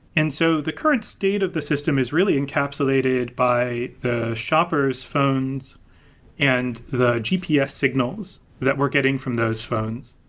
and so the current state of the system is really encapsulated by the shoppers' phones and the gps signals that we're getting from those phones.